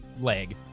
leg